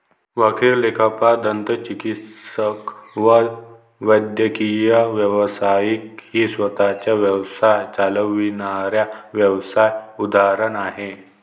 वकील, लेखापाल, दंतचिकित्सक व वैद्यकीय व्यावसायिक ही स्वतः चा व्यवसाय चालविणाऱ्या व्यावसाय उदाहरण आहे